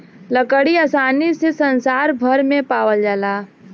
लकड़ी आसानी से संसार भर में पावाल जाला